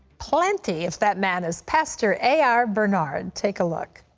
plenty if that man is pastor a r. bernard. take a look.